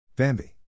Bambi